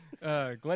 Glenn